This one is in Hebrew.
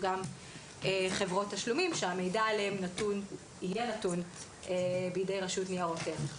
גם חברות תשלומים שהמידע עליהן יהיה נתון בידי רשות ניירות ערך.